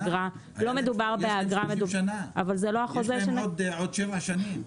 יש להם זיכיון ל-30 שנים, ויש להם עוד שבע שנים.